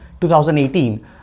2018